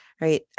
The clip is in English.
right